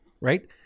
right